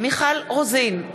מיכל רוזין,